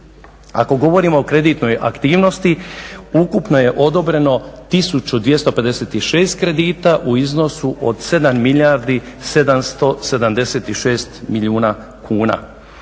Ako govorimo o kreditnoj aktivnosti, ukupno je odobreno 1256 kredita u iznosu od 7 milijardi 776 milijuna kuna.